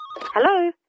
Hello